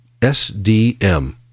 SDM